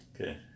Okay